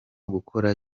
gukora